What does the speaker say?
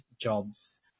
jobs